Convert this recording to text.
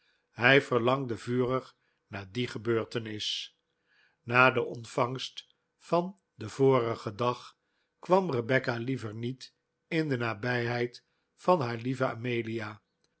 hij verlangde vurig naar die gebeurtenls na de ontvangst van den vorigen dag kwam rebecca liever niet in de nabijheid van haar lieve amelia